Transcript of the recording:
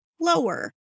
lower